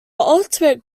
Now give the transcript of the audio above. ultimate